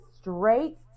straight